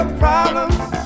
problems